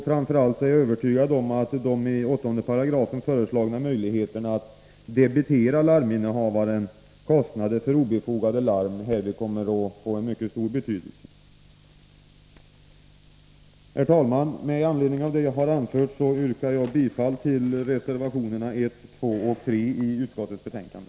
Framför allt är jag övertygad om att dei8 § föreslagna möjligheterna att debitera larminnehavaren för obefogade larm kommer att få mycket stor betydelse. Herr talman! Med anledning av vad jag har anfört yrkar jag bifall till reservationerna 1, 2 och 3 till utskottets betänkande.